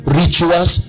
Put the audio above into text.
rituals